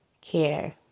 care